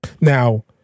Now